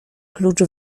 klucz